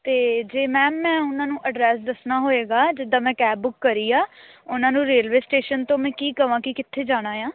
ਅਤੇ ਜੇ ਮੈਮ ਮੈਂ ਉਹਨਾਂ ਨੂੰ ਐਡਰੈਸ ਦੱਸਣਾ ਹੋਏਗਾ ਜਿੱਦਾਂ ਮੈਂ ਕੈਬ ਬੁੱਕ ਕਰੀ ਆ ਉਹਨਾਂ ਨੂੰ ਰੇਲਵੇ ਸਟੇਸ਼ਨ ਤੋਂ ਮੈਂ ਕੀ ਕਵਾਂ ਕੀ ਕਿੱਥੇ ਜਾਣਾ ਏ ਆ